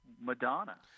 Madonna